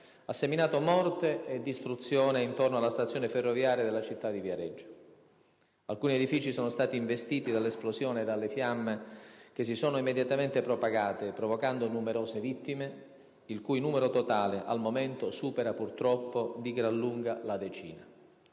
seminato morte e distruzione intorno alla stazione ferroviaria della città di Viareggio. Alcuni edifici sono stati investiti dall'esplosione e dalle fiamme che si sono immediatamente propagate, provocando numerose vittime, il cui numero totale, al momento, supera purtroppo di gran lunga la decina.